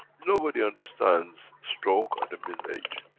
nobody understands stroke at a middle age.